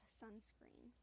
sunscreen